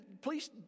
please